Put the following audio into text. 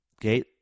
okay